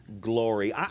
glory